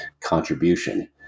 contribution